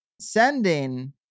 sending